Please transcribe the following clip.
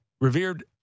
revered